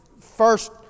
first